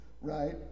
right